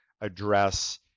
address